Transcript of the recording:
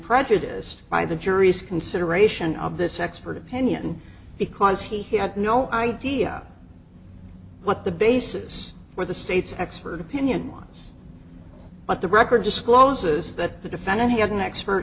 prejudice by the jury's consideration of this expert opinion because he had no idea what the basis for the state's expert opinion was but the record discloses that the defendant he had an expert